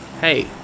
Hey